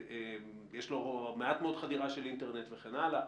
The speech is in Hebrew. יש לו מעט מאוד חדירה של אינטרנט וכן הלאה,